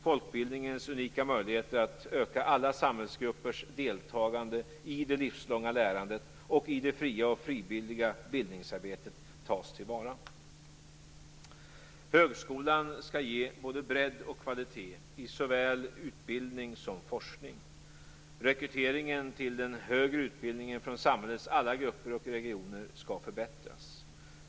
Folkbildningens unika möjligheter att öka alla samhällsgruppers deltagande i det livslånga lärandet och i det fria och frivilliga bildningsarbetet skall tas till vara. Högskolan skall ge både bredd och kvalitet i såväl utbildning som forskning. Rekryteringen till den högre utbildningen från samhällets alla grupper och regioner skall förbättras.